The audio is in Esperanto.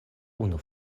unu